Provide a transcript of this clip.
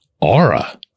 aura